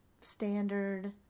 standard